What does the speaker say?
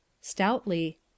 Stoutly